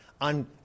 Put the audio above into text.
on